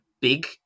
big